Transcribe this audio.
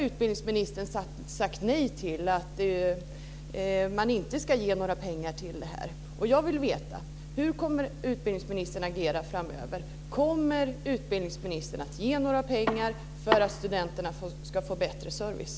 Utbildningsministern har sagt nej till att man ska ge några pengar till detta. Jag vill veta hur utbildningsministern kommer att agera framöver. Kommer utbildningsministern att ge några pengar för att studenterna ska få bättre service?